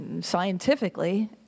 scientifically